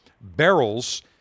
barrels